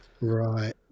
Right